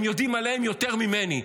הם יודעים עליהם יותר ממני,